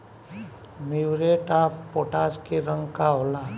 Muriate of potash के रंग का होला?